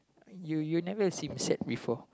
you you never seem sad before